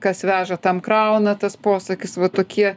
kas veža tam krauna tas posakis va tokie